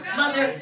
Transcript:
mother